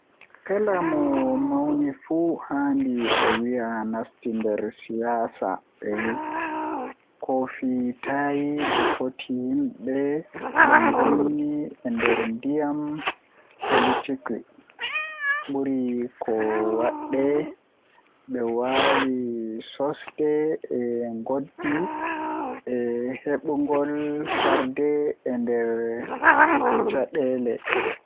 Kala mo mauni fuu handi ɓe wiya nasti nder siyaasa Eyi, ko fii taƴi ɓe foti yimɓe ɗe ngoni e nder ndiyam politique. Ɓuri ko waɗde, ɓe waawi sosde e ngoodi e heɓugol farɗe e nder caɗeele.